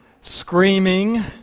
screaming